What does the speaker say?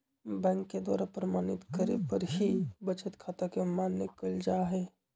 bank के द्वारा प्रमाणित करे पर ही बचत खाता के मान्य कईल जाहई